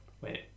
Wait